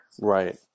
Right